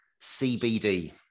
cbd